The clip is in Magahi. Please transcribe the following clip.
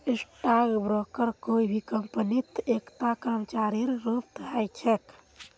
स्टाक ब्रोकर कोई भी कम्पनीत एकता कर्मचारीर रूपत ह छेक